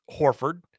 Horford